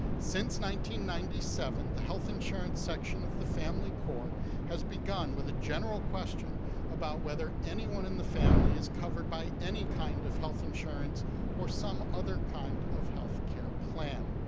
ninety ninety seven, the health insurance section of the family core has begun with a general question about whether anyone in the family is covered by any kind of health insurance or some other kind of healthcare plan.